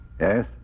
Yes